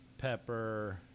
pepper